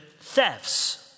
thefts